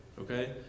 okay